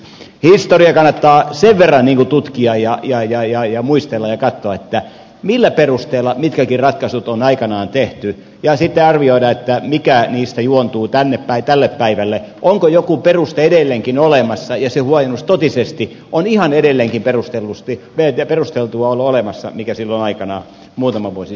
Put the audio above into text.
historiaa kannattaa sen verran tutkia ja muistella ja katsoa millä perusteilla mitkäkin ratkaisut on aikanaan tehty ja sitten arvioida mikä niistä juontuu tännepäin tälle päivälle onko joku peruste edelleenkin olemassa niin että sen huojennuksen totisesti on ihan edelleenkin perusteltua olla olemassa mikä silloin aikanaan muutama vuosi sitten tehtiin